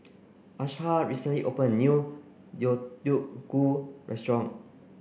Asha recently opened a new Deodeok Gui Restaurant